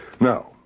Now